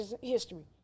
history